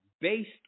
based